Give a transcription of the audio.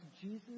Jesus